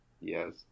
Yes